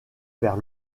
vers